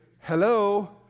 Hello